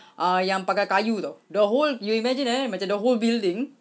ah yang pagar kayu tahu the whole you imagine eh macam the whole building